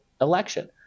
election